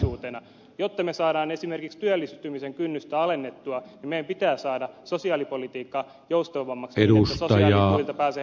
jotta me saamme esimerkiksi työllistymisen kynnystä alennettua meidän pitää saada sosiaalipolitiikka joustavammaksi niin että sosiaalituilta pääsee helpommin töihin